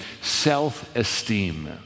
self-esteem